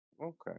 Okay